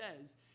says